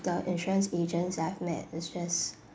the insurance agents I've met was just